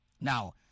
Now